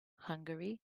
hungary